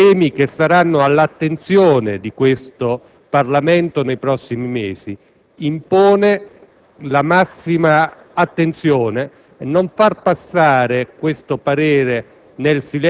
su temi che saranno all'attenzione di questo Parlamento nei prossimi mesi impone la massima attenzione. Occorre non far passare questo parere